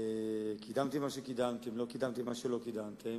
קידמתם מה שקידמתם, לא קידמתם מה שלא קידמתם.